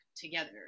together